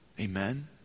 Amen